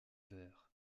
vert